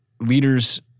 leaders